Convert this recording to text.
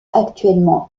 actuellement